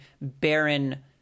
barren